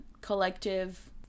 collective